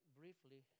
briefly